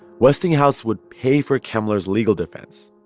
westinghouse would pay for kemmler's legal defense.